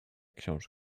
książ